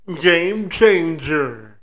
game-changer